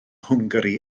hwngari